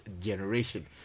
generation